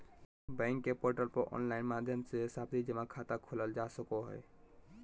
bank के portal पर online माध्यम से सावधि जमा खाता खोलल जा सको हय